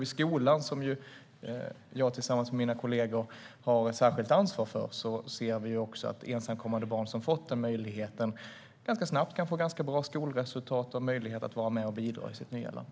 I skolan, som ju jag tillsammans med mina kollegor har ett särskilt ansvar för, ser vi också att ensamkommande barn som har fått den möjligheten ganska snabbt kan få ganska bra skolresultat och en möjlighet att vara med och bidra i sitt nya land.